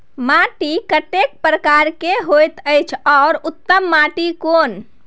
माटी कतेक प्रकार के होयत अछि आ उत्तम माटी कोन?